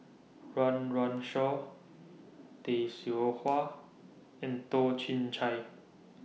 Run Run Shaw Tay Seow Huah and Toh Chin Chye